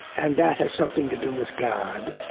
and that has something to do with god,